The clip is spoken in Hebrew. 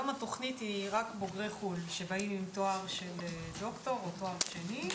היום התוכנית היא רק בוגרי חו"ל שבאים עם תואר של ד"ר או תואר שני,